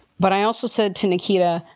but i also said to nikita,